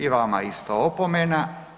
I vama isto opomena.